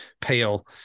pale